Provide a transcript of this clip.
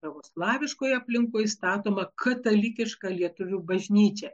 pravoslaviškoj aplinkoj statoma katalikiška lietuvių bažnyčia